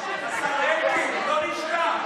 אתם עושים כאן מעשה שלא ייעשה,